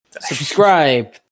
Subscribe